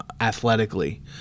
athletically